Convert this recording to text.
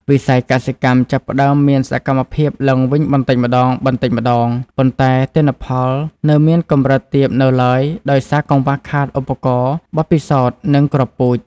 វិស័យកសិកម្មចាប់ផ្ដើមមានសកម្មភាពឡើងវិញបន្តិចម្ដងៗ ប៉ុន្តែទិន្នផលនៅមានកម្រិតទាបនៅឡើយដោយសារកង្វះខាតឧបករណ៍ បទពិសោធន៍ និងគ្រាប់ពូជ។